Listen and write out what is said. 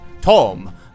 Tom